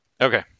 Okay